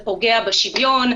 זה פוגע בשוויון,